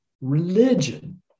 religion